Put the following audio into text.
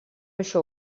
això